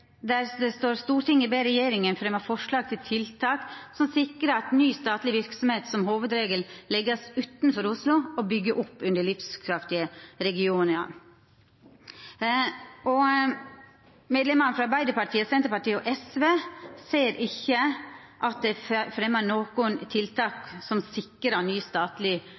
ber regjeringen fremme forslag til tiltak som sikrer at ny statlig virksomhet som hovedregel legges utenfor Oslo og bygger opp under livskraftige regioner.» Medlemmene frå Arbeidarpartiet, Senterpartiet og SV ser ikkje at det er fremma nokon tiltak som